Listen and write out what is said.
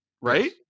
right